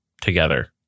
Together